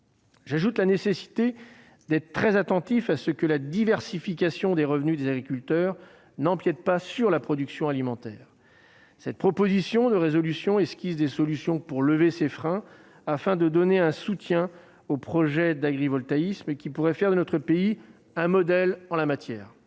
J'ajoute qu'il faut être très attentif à ce que la diversification des revenus des agriculteurs n'empiète pas sur la production alimentaire. Cette proposition de résolution « esquisse des solutions pour lever ces freins afin de donner un soutien aux projets d'agrivoltaïsme qui pourraient faire de notre pays un modèle en la matière